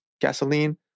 gasoline